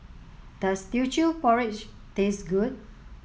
does Teochew Porridge taste good